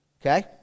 Okay